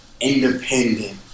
independent